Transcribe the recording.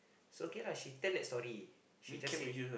it's okay lah she tell that story she just say